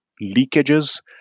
leakages